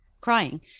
crying